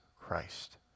Christ